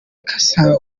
cassa